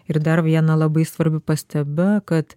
ir dar viena labai svarbi pastaba kad